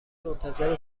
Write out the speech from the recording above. منتظر